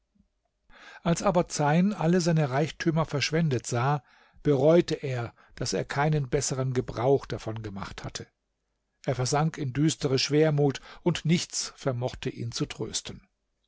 als aber zeyn alle seine reichtümer verschwendet sah bereute er daß er keinen bessern gebrauch davon gemacht hatte er versank in düstere schwermut und nichts vermochte ihn zu trösten